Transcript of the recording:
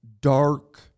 dark